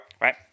Right